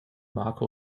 marco